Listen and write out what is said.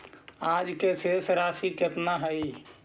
आज के शेष राशि केतना हई?